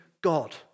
God